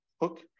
hook